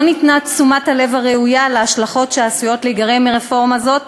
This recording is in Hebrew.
לא ניתנה תשומת הלב הראויה להשלכות שעשויות להיגרם מרפורמה זאת,